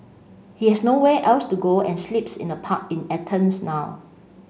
he has nowhere else to go and sleeps in a park in Athens now